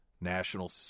National